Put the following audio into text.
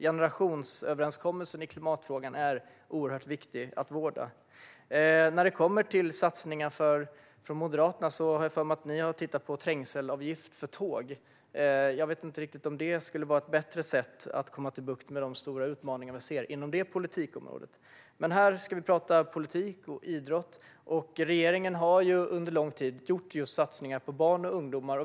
Generationsöverenskommelsen i klimatfrågan är oerhört viktig att vårda. När det kommer till Moderaternas satsningar har jag för mig att ni har tittat på trängselavgifter för tåg. Jag vet inte riktigt om det skulle vara ett bättre sätt att komma till rätta med de stora utmaningar vi ser inom det politikområdet. Här ska vi dock prata politik och idrott. Regeringen har under lång tid gjort satsningar just på barn och ungdomar.